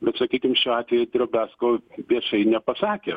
bet sakykim šiuo atveju drobiazko viešai nepasakė